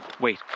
Wait